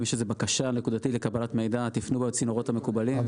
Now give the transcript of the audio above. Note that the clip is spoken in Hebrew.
אם יש איזו בקשה נקודתית לקבלת מידע תפנו בצינורות המקובלים ונתייחס.